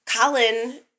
Colin